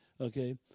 Okay